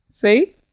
see